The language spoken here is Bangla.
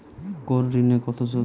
কোন ঋণে কত সুদ?